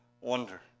wonder